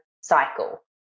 cycle